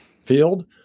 field